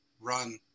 run